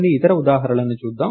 కొన్ని ఇతర ఉదాహరణలను చూద్దాం